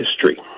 history